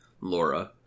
Laura